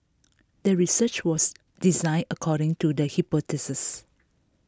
the research was designed according to the hypothesis